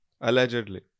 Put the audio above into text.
Allegedly